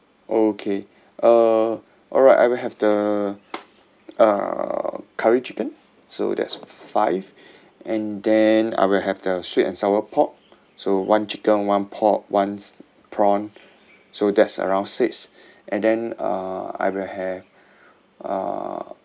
okay uh alright I will have the uh curry chicken so there's five and then I will have the sweet and sour pork so one chicken one pork one prawn so that's around six and then uh I will have uh